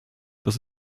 dass